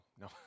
no